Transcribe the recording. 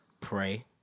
pray